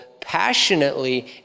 passionately